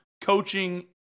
coaching